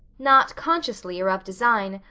not consciously or of design,